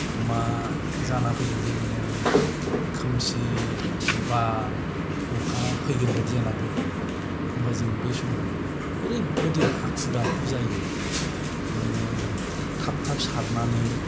मा जाना फैगोनजे माने खोमसि बार अखा फैगोन बायदि जाना फैयो होनब्ला जों बे समाव ओरैबादि हाखु दाखु जायो माने थाब थाब सारनानै